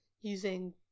using